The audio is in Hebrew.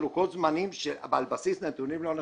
לוחות זמנים על בסיס נתונים לא נכונים?